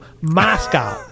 Moscow